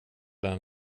den